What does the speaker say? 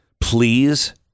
please